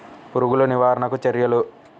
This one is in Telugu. పురుగులు నివారణకు చర్యలు?